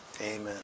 Amen